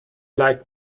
like